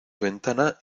ventana